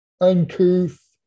uncouth